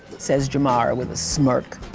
says jamara with a smirk.